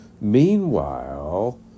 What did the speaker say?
Meanwhile